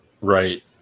Right